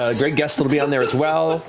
ah great guests will be on there as well.